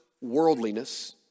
worldliness